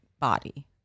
body